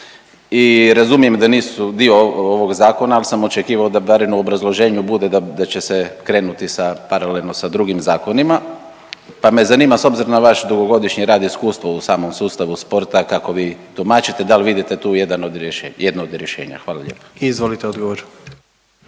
i razumijem da nisu dio ovog zakona, al sam očekivao da barem u obrazloženju bude da, da će se krenuti sa, paralelno sa drugim zakonima, pa me zanima s obzirom na vaš dugogodišnji rad i iskustvo u samom sustavu sporta kako vi tumačite, dal vidite tu jedan od rješe…, jedno od